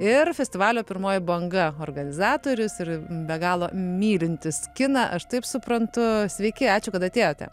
ir festivalio pirmoji banga organizatorius ir be galo mylintis kiną aš taip suprantu sveiki ačiū kad atėjote